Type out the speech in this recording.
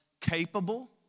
capable